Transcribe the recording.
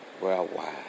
worldwide